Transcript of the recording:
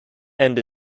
end